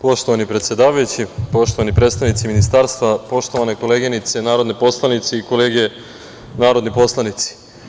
Poštovani predsedavajući, poštovani predstavnici Ministarstva, poštovane koleginice narodne poslanice i kolege narodni poslanici.